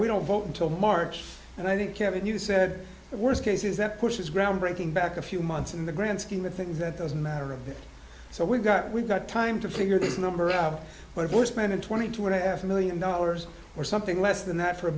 we don't vote until march and i think kevin you said the worst case is that bush's groundbreaking back a few months in the grand scheme of things that doesn't matter so we've got we've got time to figure this number out but if we're spending twenty two and a half million dollars or something less than that for a